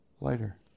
lighter